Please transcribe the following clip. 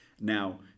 Now